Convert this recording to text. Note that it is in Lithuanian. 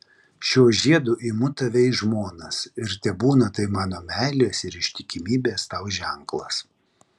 šiuo žiedu imu tave į žmonas ir tebūna tai mano meilės ir ištikimybės tau ženklas